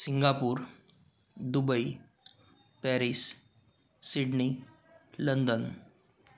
Singapore Dubai Paris Sydney London